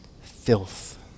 filth